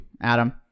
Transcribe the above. Adam